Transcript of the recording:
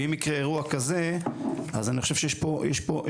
ואם יקרה אירוע כזה, אז אני חושב שיש פה בעיה.